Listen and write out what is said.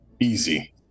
Easy